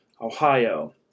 Ohio